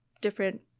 different